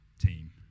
team